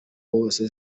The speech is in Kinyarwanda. wose